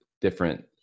different